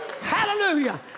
Hallelujah